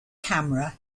camera